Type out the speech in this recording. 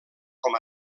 com